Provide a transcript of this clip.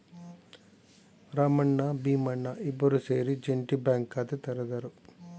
ರಾಮಣ್ಣ ಭೀಮಣ್ಣ ಇಬ್ಬರೂ ಸೇರಿ joint bank ಖಾತೆ ತೆರೆದರು